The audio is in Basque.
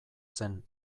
zen